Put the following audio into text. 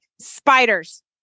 spiders